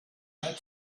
met